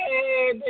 Hey